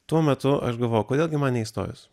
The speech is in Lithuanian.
tuo metu aš galvojau kodėl gi man neįstojus